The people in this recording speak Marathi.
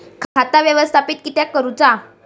खाता व्यवस्थापित किद्यक करुचा?